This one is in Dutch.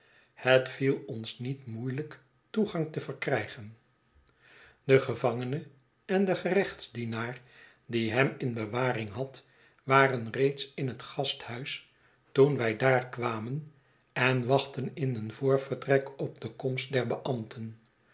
het viel ons niet moeielijk toegang te verkrijgen de gevangene en de gerechtsdienaar die hem in bewaring had waren reeds in het gasthuis toen wij daar kwamen en wachtten in een voorvertrek op de komst der